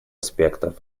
аспектов